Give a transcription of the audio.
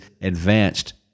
advanced